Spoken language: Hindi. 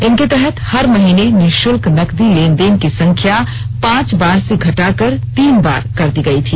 इनके तहत हर महीने निःशुल्क नकदी लेन देन की संख्या पांच बार से घटाकर तीन बार कर दी गई थी